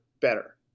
better